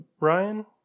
Ryan